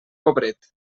pobret